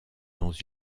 dans